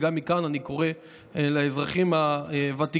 וגם מכאן אני קורא לאזרחים הוותיקים,